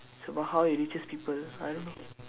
it's about how it reaches people I don't know